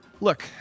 Look